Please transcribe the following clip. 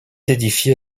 édifiée